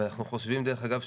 אגב,